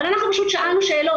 אבל אנחנו פשוט שאלנו שאלות.